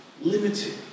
limited